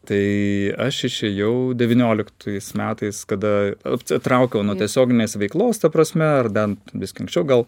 tai aš išėjau devynioliktais metais kada atsitraukiau nuo tiesioginės veiklos ta prasme ar bent biskį anksčiau gal